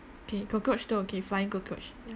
K cockroach still okay flying cockroach